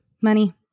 money